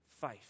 Faith